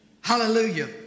Hallelujah